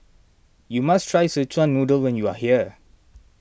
you must try Sechuan Noodle when you are here